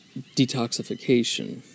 detoxification